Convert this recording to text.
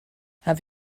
have